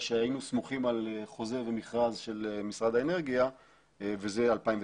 שהיינו סמוכים על חוזה ומכרז של משרד האנרגיה וזה 2019,